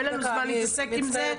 אין לנו זמן להתעסק עם זה.